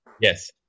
yes